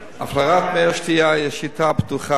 הפלרת מי השתייה היא השיטה הבטוחה,